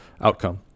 outcome